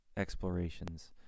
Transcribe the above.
explorations